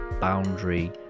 Boundary